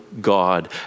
God